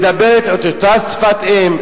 מדבר את אותה שפת-אם,